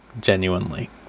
genuinely